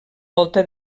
volta